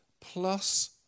plus